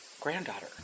granddaughter